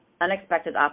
unexpected